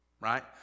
right